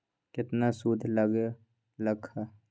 केतना सूद लग लक ह?